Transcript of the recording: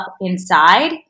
inside